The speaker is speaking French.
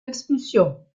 expulsion